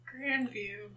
Grandview